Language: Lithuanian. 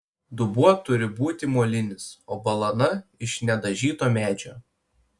dubuo turi būti molinis o balana iš nedažyto medžio